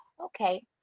okay